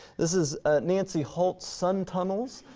this is ah nancy holt's sun tunnels.